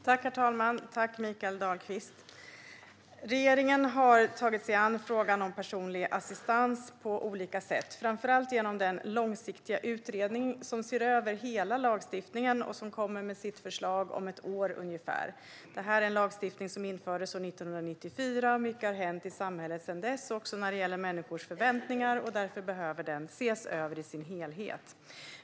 Herr talman! Tack, Mikael Dahlqvist! Regeringen har tagit sig an frågan om personlig assistans på olika sätt, framför allt genom den långsiktiga utredningen som ser över hela lagstiftningen och som ska komma med sitt förslag om ungefär ett år. Det är en lagstiftning som infördes 1994. Mycket har hänt i samhället sedan dess, också när det gäller människors förväntningar. Därför behöver den ses över i sin helhet.